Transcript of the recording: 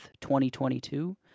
2022